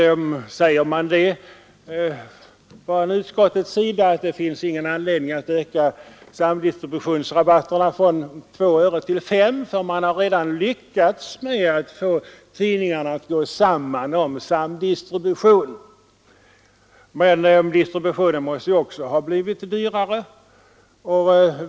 Nu säger man från utskottets sida att det finns ingen anledning att öka samdistributionsrabatterna från 2 öre till 5, för man har redan lyckats få tidningarna att gå samman om distributionen. Men distributionen måste ju också ha blivit dyrare.